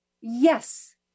Yes